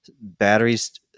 batteries